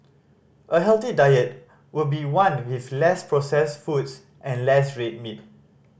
a healthy diet would be one with less processed foods and less red meat